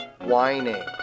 whining